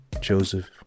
Joseph